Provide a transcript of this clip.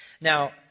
Now